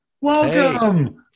welcome